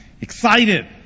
excited